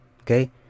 Okay